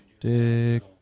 Dick